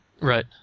Right